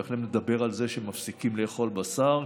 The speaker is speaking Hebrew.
בהחלט מדבר על זה שמפסיקים לאכול בשר,